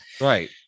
right